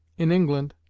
in england,